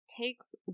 takes